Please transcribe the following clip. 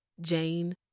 Jane